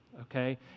Okay